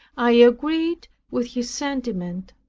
i agreed with his sentiment.